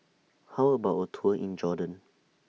How about A Tour in Jordan